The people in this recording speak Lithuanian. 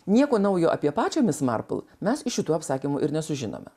nieko naujo apie pačią mis marpl mes iš šitų apsakymų ir nesužinome